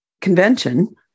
convention